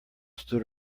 stood